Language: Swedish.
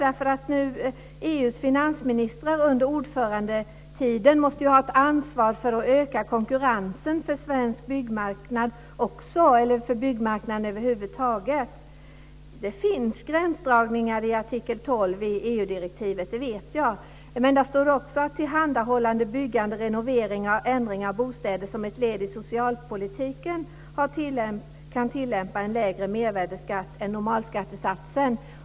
EU:s finansministrar måste ju under ordförandetiden ha ett ansvar för att öka konkurrensen för byggmarknaden över huvud taget, och även för svensk byggmarknad. Det finns gränsdragningar i artikel 12 i EU-direktivet - det vet jag. Men där står också att man vid tillhandahållande, byggande, renovering och ändring av bostäder som ett led i socialpolitiken kan tillämpa en lägre mervärdesskatt än normalskattesatsen.